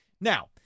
Now